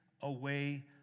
away